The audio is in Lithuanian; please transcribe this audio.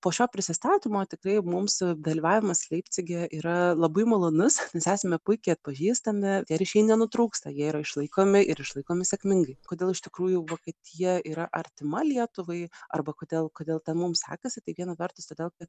po šio prisistatymo tikrai mums dalyvavimas leipcige yra labai malonus nes esame puikiai atpažįstami tie ryšiai nenutrūksta jie yra išlaikomi ir išlaikomi sėkmingai kodėl iš tikrųjų vokietija yra artima lietuvai arba kodėl kodėl ten mums sekasi tai viena vertus todėl kad